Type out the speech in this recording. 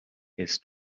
his